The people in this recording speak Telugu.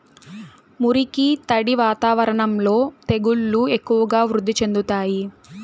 మురికి, తడి వాతావరణంలో తెగుళ్లు ఎక్కువగా వృద్ధి చెందుతాయి